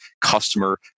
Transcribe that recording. customer